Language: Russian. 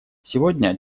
сегодня